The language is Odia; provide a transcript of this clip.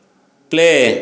ପ୍ଲେ